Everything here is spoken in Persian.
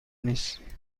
نیستی